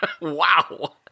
Wow